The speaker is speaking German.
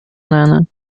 nennen